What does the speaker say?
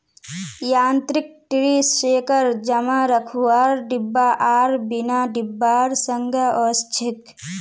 यांत्रिक tree shaker जमा रखवार डिब्बा आर बिना डिब्बार संगे ओसछेक